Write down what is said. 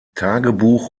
tagebuch